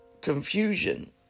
confusion